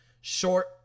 short